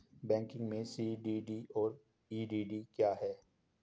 Banking में CDD और EDD क्या हैं?